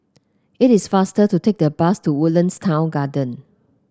it is faster to take the bus to Woodlands Town Garden